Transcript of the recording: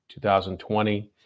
2020